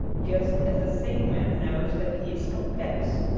just as a sane man knows that he is complex.